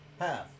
Half